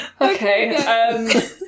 Okay